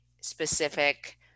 specific